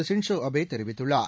Shinzo Abe தெரிவித்துள்ளார்